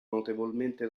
notevolmente